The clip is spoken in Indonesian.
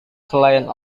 selain